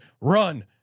run